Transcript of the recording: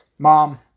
Mom